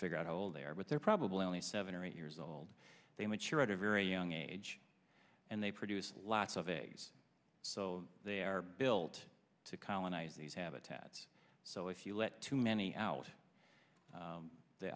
figure out how old they are but they're probably only seven or eight years old they mature at a very young age and they produce lots of eggs so they are built to colonize these habitats so if you let too many out